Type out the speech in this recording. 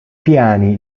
piani